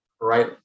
right